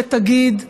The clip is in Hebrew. ותגיד להם,